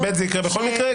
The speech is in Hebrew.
ב', זה יקרה בכל מקרה.